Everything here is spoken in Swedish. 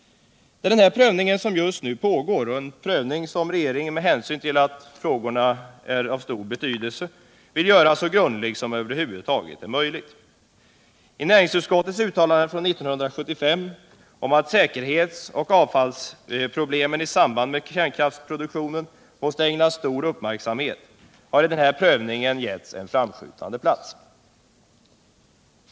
Det är denna prövning som just nu pågår — en prövning som regeringen med hänsyn till frågornas stora betydelse har velat göra så grundlig som det över huvud taget är möjligt. Näringsutskottets uttalande från 1975 om att ”säkerhetsoch avfallshanteringsproblemen i samband med kärnkraftsproduktion måste ägnas stor uppmärksamhet”, har i denna prövning getts en framskjuten plats.